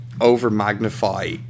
over-magnify